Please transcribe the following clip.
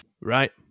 Right